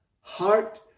Heart